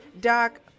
Doc